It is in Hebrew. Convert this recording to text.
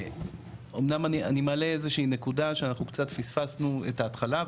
אמנם אני מעלה איזושהי נקודה שאנחנו קצת פספסנו את ההתחלה,